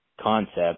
concept